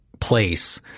place